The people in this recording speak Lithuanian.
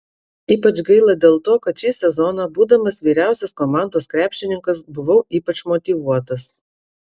ypač gaila dėl to kad šį sezoną būdamas vyriausias komandos krepšininkas buvau ypač motyvuotas